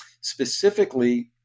Specifically